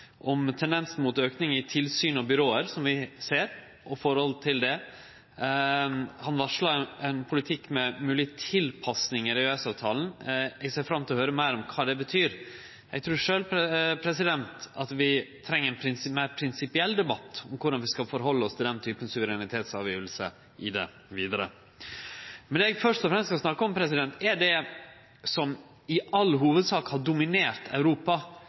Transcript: om tendensen mot auke i tilsyn og byrå som vi ser, og forholdet til det. Han varsla ein politikk med moglege tilpassingar i EØS-avtalen. Eg ser fram til å høyre meir om kva det betyr. Eg trur sjølv at vi treng ein meir prinsipiell debatt om korleis vi skal stille oss til den typen suverenitetsavståing i det vidare. Men det eg først og fremst skal snakke om, er det som i all hovudsak har dominert Europa